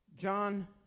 John